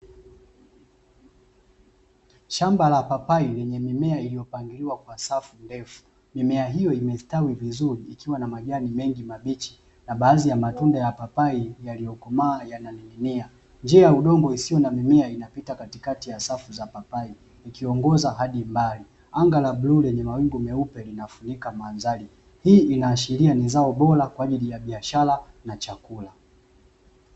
Shamba ya papai lenye mimea iliyopangiliwa kwenye safu ndefu. Mimea hiyo imestawi vizuri ikiwa na majani mengi mabichi na baadhi ya matunda papai yaliyokomaa yananing'ínia. Njia ya udongo isiyo na mimea inapita katikati ya safu za papai ikiongoza hadi mbali, anga la bluu lenye mawingu meupe lina mafunika mandhari, hii inayoashiria ni zao bora kwa ajili ya biashara na chakula.